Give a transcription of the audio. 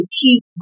keep